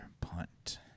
punt